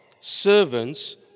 servants